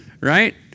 Right